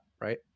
right